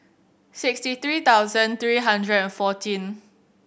sixty three thousand three hundred and fourteen